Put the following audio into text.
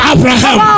Abraham